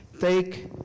Take